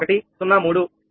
0103 కోణం మైనస్ 2